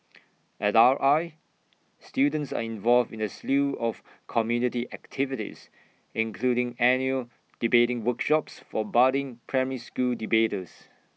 at R I students are involved in A slew of community activities including annual debating workshops for budding primary school debaters